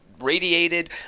radiated